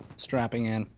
strapping in.